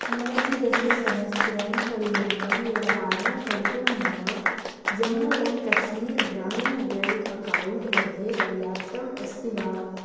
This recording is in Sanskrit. नवतिदशसहस्रं पर्यन्तं व्यवहारं कर्तुं मम Jammu and Kashmir Gramin bank account मध्ये पर्याप्तम् अस्ति वा